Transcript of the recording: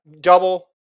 double